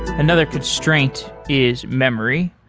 another constraint is memory.